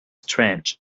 strange